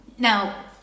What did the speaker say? Now